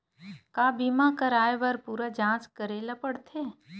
का बीमा कराए बर पूरा जांच करेला पड़थे?